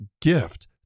gift